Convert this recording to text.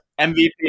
MVP